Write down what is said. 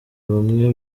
bamwe